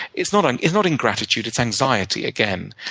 it's not and it's not ingratitude, it's anxiety, again.